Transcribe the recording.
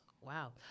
Wow